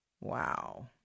Wow